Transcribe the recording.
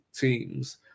teams